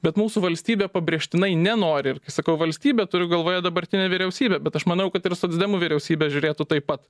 bet mūsų valstybė pabrėžtinai nenori ir kai sakau valstybė turiu galvoje dabartinę vyriausybę bet aš manau kad ir socdemų vyriausybė žiūrėtų taip pat